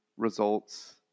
results